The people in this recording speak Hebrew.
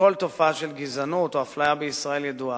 בכל תופעה של גזענות או אפליה בישראל ידועה.